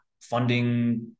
funding